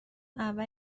اول